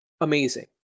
amazing